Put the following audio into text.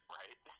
right